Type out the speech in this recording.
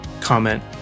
comment